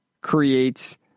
creates